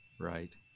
Right